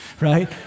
right